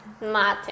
Mate